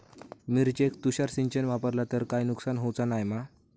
मिरचेक तुषार सिंचन वापरला तर काय नुकसान होऊचा नाय मा?